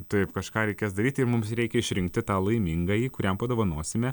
taip kažką reikės daryti ir mums reikia išrinkti tą laimingąjį kuriam padovanosime